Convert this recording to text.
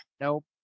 nope